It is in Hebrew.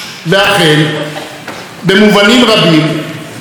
במובנים רבים מצבו של העם היהודי,